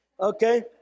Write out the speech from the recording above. Okay